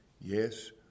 Yes